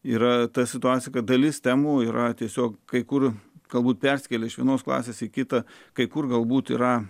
yra ta situacija kad dalis temų yra tiesiog kai kur galbūt persikėlė iš vienos klasės į kitą kai kur galbūt yra